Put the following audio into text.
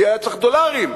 כי היה צריך דולרים,